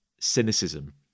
cynicism